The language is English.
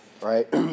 Right